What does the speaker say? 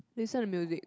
listen to music